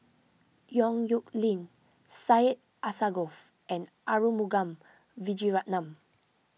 Yong Nyuk Lin Syed Alsagoff and Arumugam Vijiaratnam